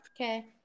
Okay